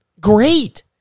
great